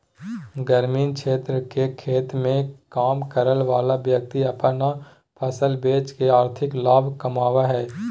ग्रामीण क्षेत्र के खेत मे काम करय वला व्यक्ति अपन फसल बेच के आर्थिक लाभ कमाबय हय